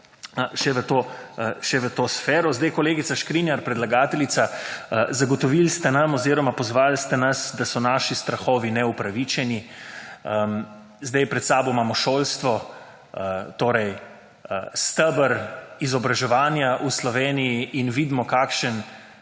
še v to sfero. Sedaj kolegica Škrinjar predlagateljica zagotovili ste nam oziroma pozvali ste nas, da so naši strahovi ne opravičeni. Sedaj pred seboj imamo šolstvo torej steber izobraževanja v Sloveniji in vidimo kakšen